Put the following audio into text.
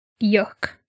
Yuck